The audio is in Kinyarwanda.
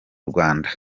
rwanda